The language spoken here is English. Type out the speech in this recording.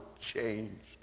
changed